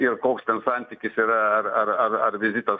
ir koks ten santykis yra ar ar ar ar vizitas